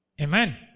Amen